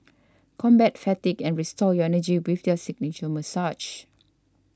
combat fatigue and restore your energy with their signature massages